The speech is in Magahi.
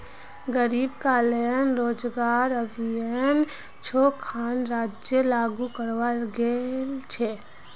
गरीब कल्याण रोजगार अभियान छो खन राज्यत लागू कराल गेल छेक